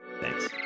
Thanks